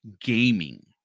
gaming